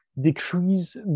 decrease